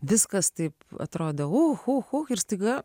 viskas taip atrodo oho ir staiga